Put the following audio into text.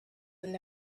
would